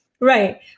Right